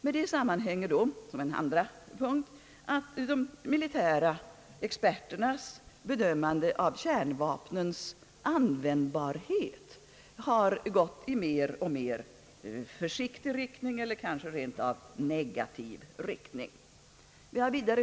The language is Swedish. Med detta sammanhänger den andra punkten, nämligen att de militära experternas bedömande av kärnvapnens användbarhet har utvecklats i mer försiktig — eller kanske rent av negativ — riktning.